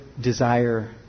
desire